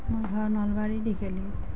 মোৰ ঘৰ নলবাৰীৰ দীঘেলীত